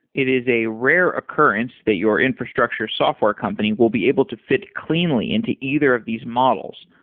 it is a rare occurrence that your infrastructure software company will be able to fit cleanly into either of these models,